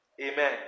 Amen